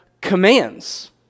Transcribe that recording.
commands